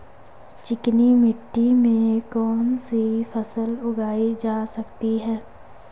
चिकनी मिट्टी में कौन सी फसल उगाई जा सकती है?